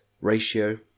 ratio